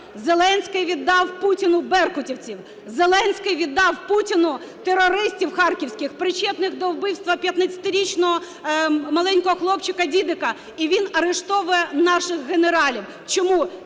Зеленський віддав Путіну беркутівців, Зеленський віддав Путіну терористів харківських, причетних до вбивства 15-річного маленького хлопчика Дідика, і він арештовує наших генералів. Чому?